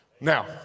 Now